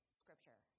scripture